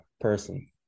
person